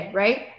right